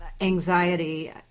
Anxiety